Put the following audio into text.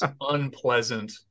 unpleasant